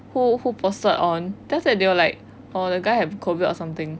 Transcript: who who posted on then after that they were like oh the guy have COVID or something